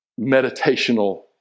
meditational